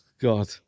God